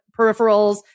peripherals